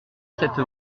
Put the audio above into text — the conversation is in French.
cette